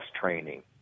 training